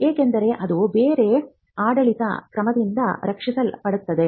ಏಕೆಂದರೆ ಅದು ಬೇರೆ ಆಡಳಿತ ಕ್ರಮದಿಂದ ರಕ್ಷಿಸಲ್ಪಟ್ಟಿದೆ